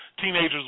teenagers